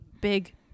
big